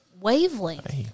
wavelength